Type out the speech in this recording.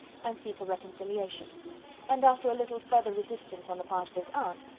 and seek a reconciliation and, after a little further resistance on the part of his aunt,